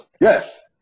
Yes